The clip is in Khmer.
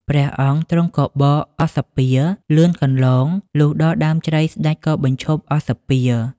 ព្រះអង្គទ្រង់ក៏បរអស្សពាហ៍លឿនកន្លង លុះដល់ដើមជ្រៃស្តេចក៏បញ្ឈប់អស្សពាហ៍។